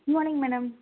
good morning madam